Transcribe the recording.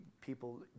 people